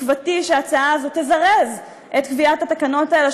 תקוותי היא שההצעה הזאת תזרז את קביעת התקנות האלה,